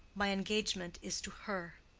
my engagement is to her.